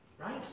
Right